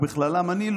ובכללם אני,